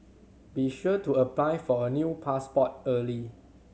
be sure to apply for a new passport early